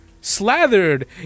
Slathered